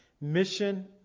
Mission